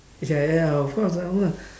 ya ya ya of course our